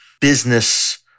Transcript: business